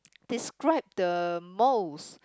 describe the most